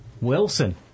Wilson